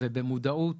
ובמודעות